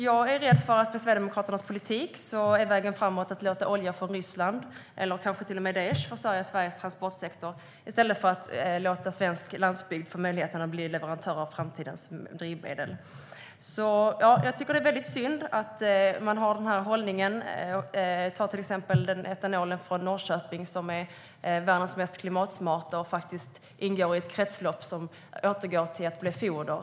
Jag är rädd för att med Sverigedemokraternas politik är vägen framåt att låta olja från Ryssland - eller kanske till och med från Daish - försörja Sveriges transportsektor i stället för att låta svensk landsbygd få möjlighet att bli leverantör av framtidens drivmedel. Jag tycker att det är väldigt synd att man har den här hållningen. Etanol från Norrköping är världens mest klimatsmarta bränsle, och det ingår i ett kretslopp som återgår till att bli foder.